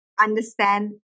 understand